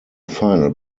final